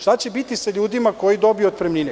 Šta će biti sa ljudima koji dobiju otpremninu?